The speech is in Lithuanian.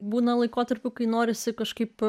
būna laikotarpių kai norisi kažkaip